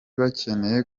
bakeneye